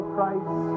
Christ